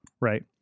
right